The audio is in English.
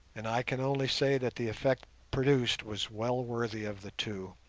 and i can only say that the effect produced was well worthy of the two.